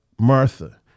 Martha